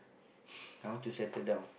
I want to settle down